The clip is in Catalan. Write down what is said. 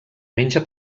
menja